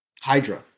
Hydra